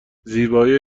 زیبایی